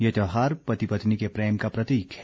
ये त्यौहार पति पत्नी के प्रेम का प्रतीक है